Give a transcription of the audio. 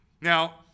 Now